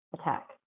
attack